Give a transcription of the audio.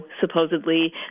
supposedly